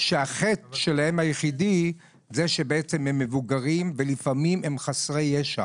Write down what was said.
שחטאתם היחיד הוא שהם מבוגרים ולפעמים גם חסרי ישע,